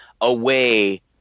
away